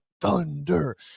thunder